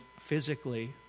physically